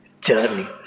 journey